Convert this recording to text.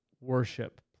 worship